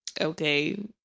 okay